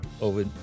over